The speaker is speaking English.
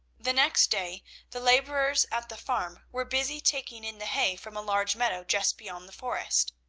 the next day the labourers at the farm were busy taking in the hay from a large meadow just beyond the forest.